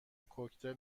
کوکتل